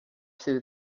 through